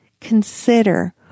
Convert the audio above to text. Consider